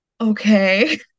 okay